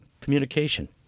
communication